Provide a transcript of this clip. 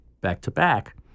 back-to-back